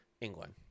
England